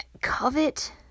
covet